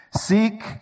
Seek